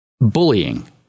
bullying